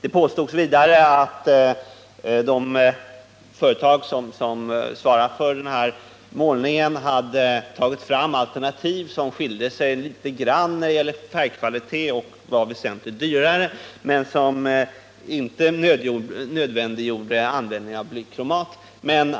Det påstods vidare att de företag som svarar för denna målning hade tagit fram alternativ som skilde sig litet grand när det gällde färgkvalitet och var väsentligt dyrare men som inte nödvändiggjorde användning av blykromat. Men